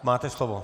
Máte slovo.